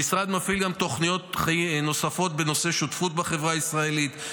המשרד מפעיל תוכניות נוספות בנושא שותפות בחברה הישראלית,